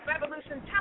Revolution